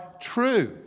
true